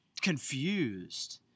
confused